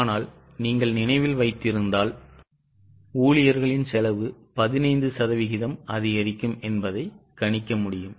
ஆனால் நீங்கள் நினைவில் வைத்திருந்தால் ஊழியர்களின் செலவு 15 சதவீதம் அதிகரிக்கும் என்பதை கணிக்க முடியும்